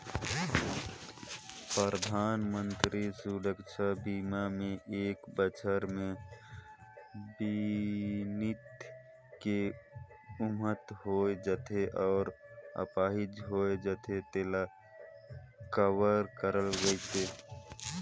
परधानमंतरी सुरक्छा बीमा मे एक बछर मे बीमित के मउत होय जाथे य आपाहिज होए जाथे तेला कवर करल गइसे